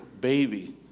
baby